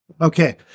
Okay